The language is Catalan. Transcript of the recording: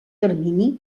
termini